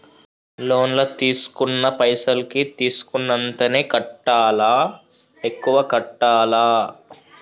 Loan లా తీస్కున్న పైసల్ కి తీస్కున్నంతనే కట్టాలా? ఎక్కువ కట్టాలా?